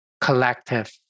collective